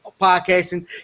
podcasting